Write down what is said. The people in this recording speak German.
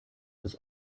des